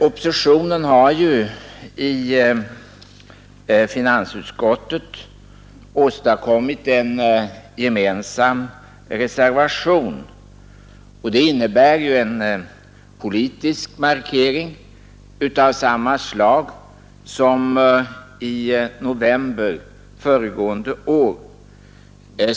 Oppositionen har ju i finansutskottet åstadkommit en gemensam reservation, och det innebär en politisk markering av samma slag som den i november förra året.